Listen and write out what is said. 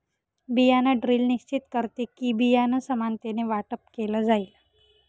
बियाण ड्रिल निश्चित करते कि, बियाणं समानतेने वाटप केलं जाईल